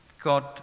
God